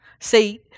See